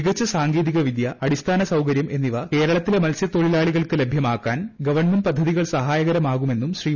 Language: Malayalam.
മികച്ച സാങ്കേതിക വിദ്യ അടിസ്ഥാന സൌകര്യം എന്നിവ കേരളത്തിലെ മത്സ്യത്തൊഴിലാളികൾക്ക് ലഭ്യമാക്കാൻ ഗവൺമെന്റ് പദ്ധതികൾ സഹായകരമാകുമെന്നും ശ്രീ